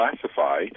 classify